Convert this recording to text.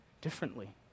differently